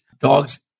Dogs